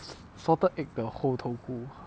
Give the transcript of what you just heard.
salted egg 的猴头菇